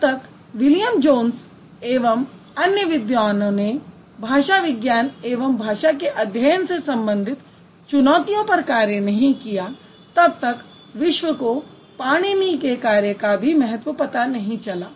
जब तक William Jones एवं अन्य विद्वानों ने भाषा विज्ञान एवं भाषा के अध्ययन से संबंधित चुनौतियों पर कार्य नहीं किया तब तक विश्व को पाणिनी के कार्य का भी महत्व पता नहीं चला